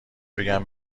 بگم